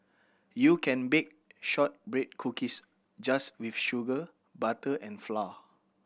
you can bake shortbread cookies just with sugar butter and flour